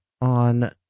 on